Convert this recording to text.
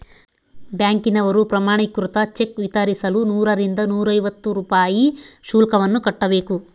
ಬ್ಯಾಂಕಿನವರು ಪ್ರಮಾಣೀಕೃತ ಚೆಕ್ ವಿತರಿಸಲು ನೂರರಿಂದ ನೂರೈವತ್ತು ರೂಪಾಯಿ ಶುಲ್ಕವನ್ನು ಕಟ್ಟಬೇಕು